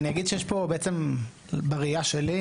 אז אני אגיד שיש פה בעצם בראייה שלי,